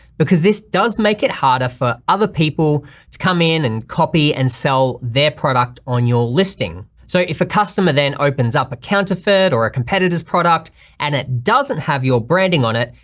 because this does make it harder for other people to come in and copy and sell their product on your listing. so if a customer then opens up a counterfeit, or a competitors product and it doesn't have your branding on it,